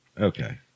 Okay